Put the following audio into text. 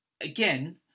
again